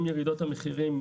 עם ירידות המחירים,